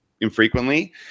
infrequently